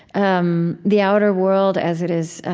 um the outer world as it is